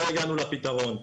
לא הגענו לפתרון.